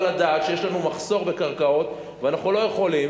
אבל יש לדעת שיש לנו מחסור בקרקעות ואנחנו לא יכולים